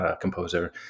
composer